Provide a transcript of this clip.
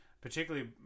particularly